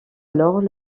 alors